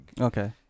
Okay